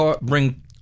bring